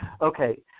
Okay